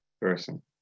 person